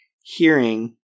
hearing